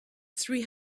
three